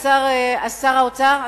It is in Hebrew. שר האוצר?